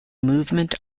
movement